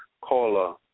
caller